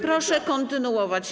Proszę kontynuować.